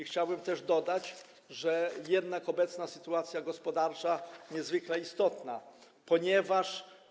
Chciałbym też dodać, że jednak obecna sytuacja gospodarcza, niezwykle istotna, ponieważ.